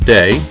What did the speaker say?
Day